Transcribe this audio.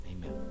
amen